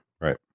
Right